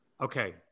Okay